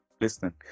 listen